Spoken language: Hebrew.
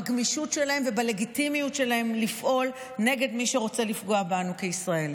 בגמישות שלהם ובלגיטימיות שלהם לפעול נגד מי שרוצה לפגוע בנו כישראלים.